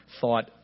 thought